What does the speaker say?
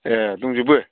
ए दंजोबो